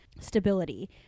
stability